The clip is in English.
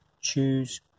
choose